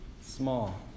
small